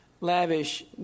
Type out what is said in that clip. lavish